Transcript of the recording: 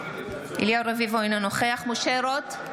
אינו נוכח משה רוט,